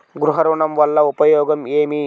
గృహ ఋణం వల్ల ఉపయోగం ఏమి?